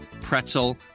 pretzel